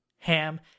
ham